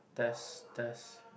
test test